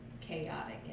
chaotic